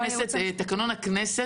תקנון הכנסת מנע.